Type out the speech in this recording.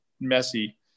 messy